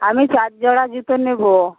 আমি চার জোড়া জুতো নেবো